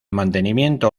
mantenimiento